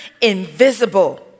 invisible